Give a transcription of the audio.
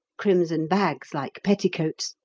crimson bags like petticoats,